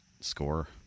score